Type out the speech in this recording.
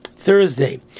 Thursday